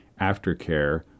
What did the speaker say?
aftercare